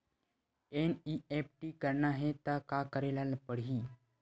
NEFT करना हे त का करे ल पड़हि?